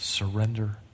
surrender